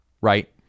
right